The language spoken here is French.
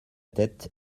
tête